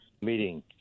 meeting